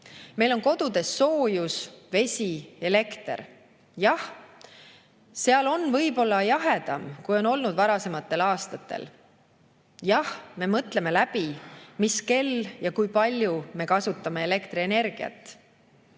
meil on kodus soojus, vesi, elekter. Jah, seal on võib-olla jahedam, kui on olnud varasematel aastatel, jah, me mõtleme läbi, mis kell ja kui palju me kasutame elektrienergiat,